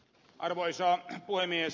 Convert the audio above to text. arvoisa puhemies